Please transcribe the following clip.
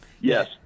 Yes